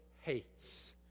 hates